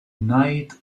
knight